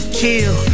kill